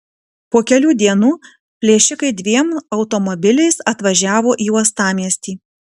po kelių dienų plėšikai dviem automobiliais atvažiavo į uostamiestį